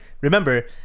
Remember